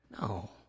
No